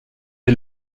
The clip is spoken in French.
est